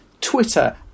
twitter